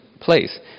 place